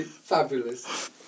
fabulous